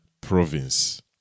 province